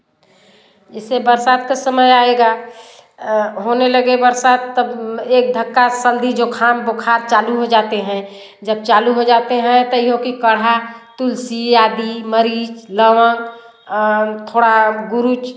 जैसे बरसात का समय आएगा होने लगे बरसात तब एक धक्का सर्दी जुखाम बुखार चालू हो जाते हैं जब चालू हो जाते हैं तहियो की काढ़ा तुलसी आदि मरीच लवण थोड़ा गुरूच